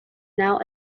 now